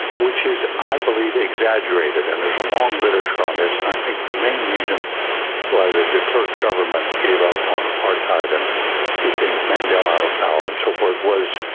which is, i believe, exaggerated. and there's a long literature on this, and i think the main reason was the de klerk government gave up on apartheid. and keeping mandela out of power and so forth was.